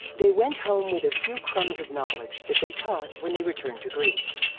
they went home with a few crumbs of knowledge that they taught when they returned to greece.